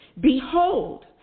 Behold